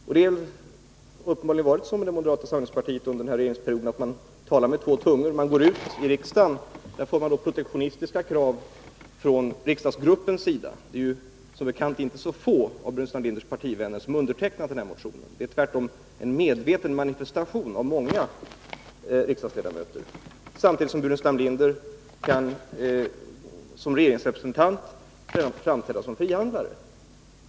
Men det har uppenbarligen varit så under den här regeringsperioden att man inom moderata samlingspartiet talar med två tungor. Man går i riksdagen ut med protektionistiska krav från riksdagsgruppens sida — det är som bekant inte så få av Staffan Burenstam Linders partivänner som har undertecknat den aktuella motionen, utan den är tvärtom en medveten manifestation av många riksdagsledamöter — samtidigt som Staffan Burenstam Linder som regeringsrepresentant framträder som frihandlare.